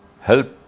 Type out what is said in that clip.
help